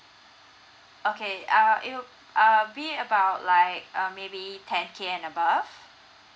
okay err it'll err be about like uh maybe ten K and above